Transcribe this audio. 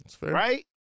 right